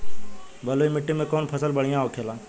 बलुई मिट्टी में कौन फसल बढ़ियां होखे ला?